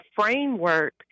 framework